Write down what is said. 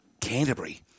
Canterbury